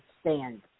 stand